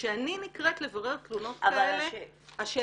כשאני נקראת לברר תלונות כאלה השאלה